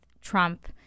Trump